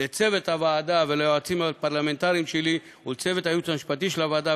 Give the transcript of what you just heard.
לצוות הוועדה וליועצים הפרלמנטריים שלי ולצוות הייעוץ המשפטי של הוועדה,